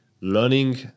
learning